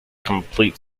complete